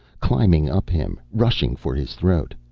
climbing up him, rushing for his throat.